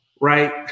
right